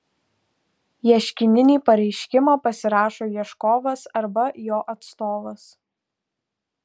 ieškininį pareiškimą pasirašo ieškovas arba jo atstovas